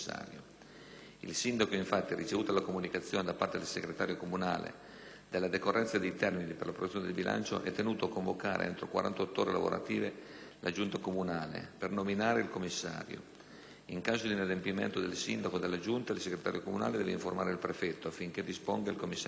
Il Sindaco, infatti, ricevuta la comunicazione da parte del segretario comunale della decorrenza dei termini per l'approvazione del bilancio, è tenuto a convocare, entro 48 ore lavorative, la Giunta comunale per nominare il commissario. In caso di inadempimento del sindaco o della giunta il segretario comunale deve informare il prefetto affinché disponga il commissariamento.